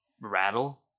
rattle